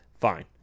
Fine